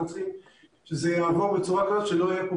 אנחנו צריכים שזה יעבור בצורה כזאת שלא תהיה כאן